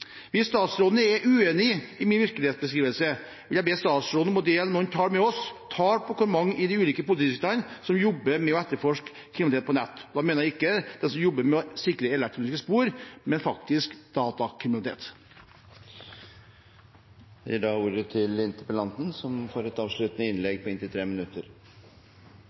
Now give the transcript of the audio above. Hvis statsråden er uenig i min virkelighetsbeskrivelse, vil jeg be statsråden om å dele noen tall med oss, tall på hvor mange i de ulike politidistriktene som jobber med å etterforske kriminalitet på nett, og da mener jeg ikke dem som jobber med å sikre elektroniske spor, men faktisk datakriminalitet.